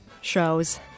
shows